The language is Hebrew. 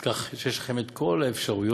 כך שיש לכם את כל האפשרויות